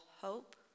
hope